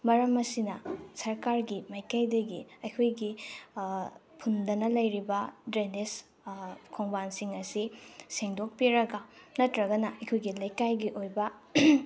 ꯃꯔꯝ ꯑꯁꯤꯅ ꯁꯔꯀꯥꯔꯒꯤ ꯃꯥꯏꯀꯩꯗꯒꯤ ꯑꯩꯈꯣꯏꯒꯤ ꯐꯨꯟꯗꯅ ꯂꯩꯔꯤꯕ ꯗ꯭ꯔꯦꯟꯅꯦꯁ ꯈꯣꯡꯕꯥꯟꯁꯤꯡ ꯑꯁꯤ ꯁꯦꯡꯗꯣꯛꯄꯤꯔꯒ ꯅꯠꯇ꯭ꯔꯒꯅ ꯑꯩꯈꯣꯏꯒꯤ ꯂꯩꯀꯥꯏꯒꯤ ꯑꯣꯏꯕ